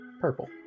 purple